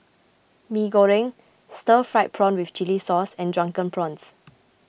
Mee Goreng Stir Fried Prawn with Chili Sauce and Drunken Prawns